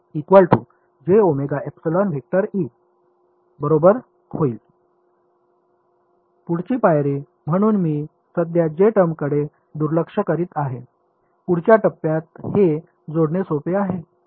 पुढची पायरी म्हणून मी सध्या J टर्मकडे दुर्लक्ष करीत आहे पुढच्या टप्प्यात हे जोडणे सोपे आहे